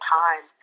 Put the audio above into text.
time